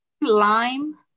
Lime